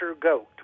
goat